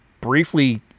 briefly